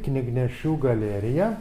knygnešių galerija